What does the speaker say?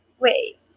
Wait